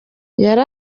yari